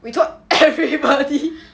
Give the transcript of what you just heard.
we told everybody